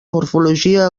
morfologia